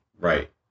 Right